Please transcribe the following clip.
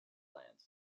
plant